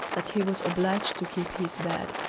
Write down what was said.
that he was obliged to keep his bed,